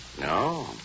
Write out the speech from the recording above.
No